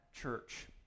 church